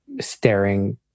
staring